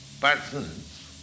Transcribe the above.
persons